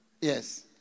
Yes